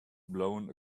blown